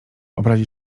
obrazi